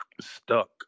stuck